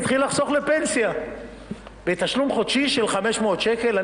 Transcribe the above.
התחיל לחסוך לפנסיה בתשלום חודשי של 500 שקל.